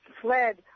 fled